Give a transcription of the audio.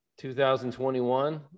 2021